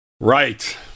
Right